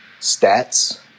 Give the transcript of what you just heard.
stats